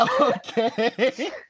Okay